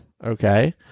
Okay